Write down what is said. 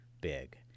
big